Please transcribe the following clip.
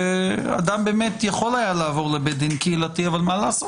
שאדם באמת יכול היה לעבור לבית דין קהילתי אבל מה לעשות,